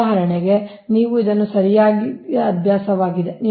ಉದಾಹರಣೆಗೆ ಇದು ನಿಮಗೆ ಸರಿಯಾದ ಅಭ್ಯಾಸವಾಗಿದೆ